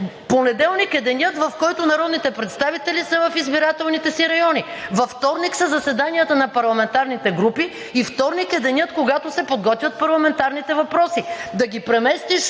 Понеделник е денят, в който народните представители са в избирателните си райони. Във вторник са заседанията на парламентарните групи и вторник е денят, когато се подготвят парламентарните въпроси. Да преместиш